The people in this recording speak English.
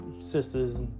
sisters